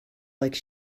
like